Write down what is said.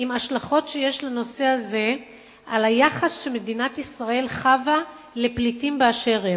עם השלכות של הנושא הזה על היחס שמדינת ישראל חבה לפליטים באשר הם.